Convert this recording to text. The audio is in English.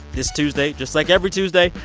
this tuesday, just like every tuesday,